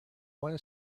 want